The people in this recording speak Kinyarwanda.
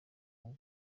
bw’u